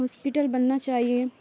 hospital بننا چاہیے